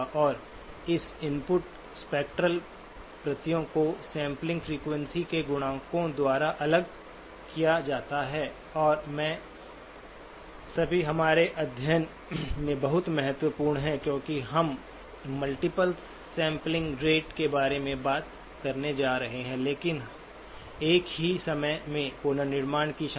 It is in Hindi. और इन इनपुट स्पेक्ट्रल प्रतियों को सैंपलिंग फ्रीक्वेंसी के गुणकों द्वारा अलग किया जाता है और ये सभी हमारे अध्ययन में बहुत महत्वपूर्ण हैं क्योंकि हम मल्टीप्ल सैंपलिंग रेट के बारे में बात करने जा रहे हैं लेकिन एक ही समय में पुनर्निर्माण की क्षमता